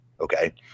okay